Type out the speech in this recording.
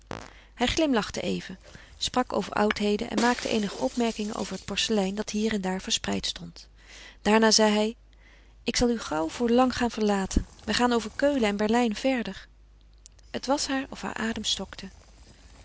hij glimlachte even sprak over oudheden en maakte eenige opmerkingen over het porcelein dat hier en daar verspreid stond daarna zeide hij ik zal u gauw voor lang gaan verlaten wij gaan over keulen en berlijn verder het was haar of heur adem stokte